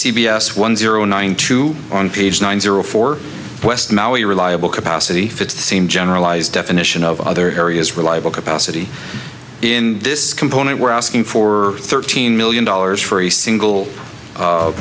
s one zero nine two on page nine zero four west maui reliable capacity fits the same generalized definition of other areas reliable capacity in this component were asking for thirteen million dollars for a single